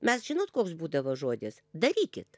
mes žinot koks būdavo žodis darykit